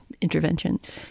interventions